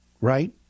right